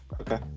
Okay